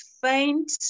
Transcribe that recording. faint